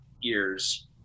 years